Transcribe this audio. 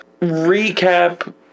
Recap